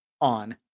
on